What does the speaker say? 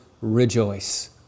rejoice